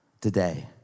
today